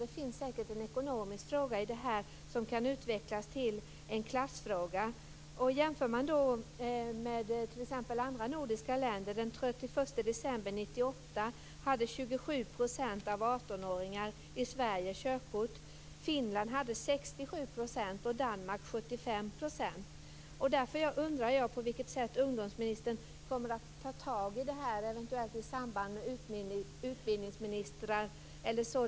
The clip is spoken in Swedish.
Det finns säkert en ekonomisk orsak till detta som kan utvecklas till en klassfråga. Man kan jämföra med andra nordiska länder. Det 31 december 1998 Därför undrar jag på vilket sätt ungdomsministern, eventuellt i samarbete med utbildningsministern, kommer att ta tag i detta.